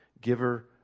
giver